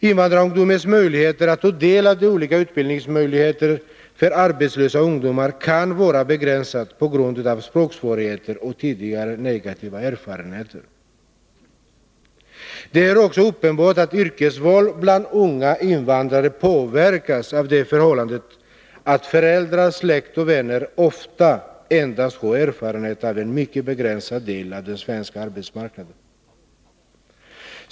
Invandrarungdomens möjligheter att ta del av olika utbildningsmöjligheter för arbetslösa ungdomar kan vara begränsade på grund av språksvårigheter och tidigare negativa erfarenheter av skolarbete. Det är också uppenbart att yrkesvalet bland unga invandrare påverkas av det förhållandet att föräldrar, släkt och vänner ofta endast har erfarenhet av en mycket begränsad del av den svenska arbetsmarknaden.